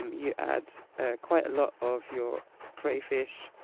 um you add ah quite a lot of your crayfish,